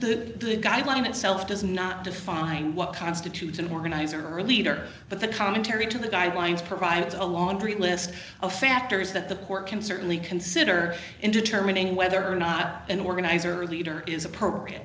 the guideline itself does not define what constitutes an organizer a leader but the commentary to the guidelines provides a laundry list of factors that the court can certainly consider in determining whether or not an organizer or leader is appropriate